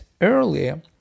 earlier